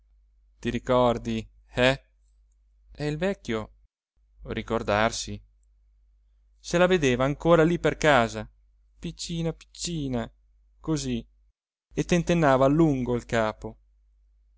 ti ricordi eh e il vecchio ricordarsi se la vedeva ancora lì per casa piccina piccina così e tentennava a lungo il capo